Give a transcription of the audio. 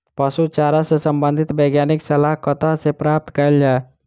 पशु चारा सऽ संबंधित वैज्ञानिक सलाह कतह सऽ प्राप्त कैल जाय?